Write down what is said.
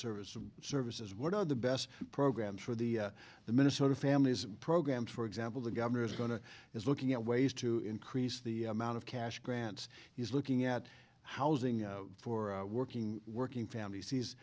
services and services what are the best programs for the the minnesota families programs for example the governor is going to is looking at ways to increase the amount of cash grants he's looking at housing for working working families he's